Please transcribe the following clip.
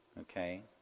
Okay